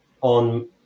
on